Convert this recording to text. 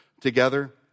together